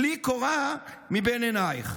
טלי קורה מבין עינייך.